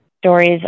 stories